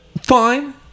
Fine